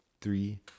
Three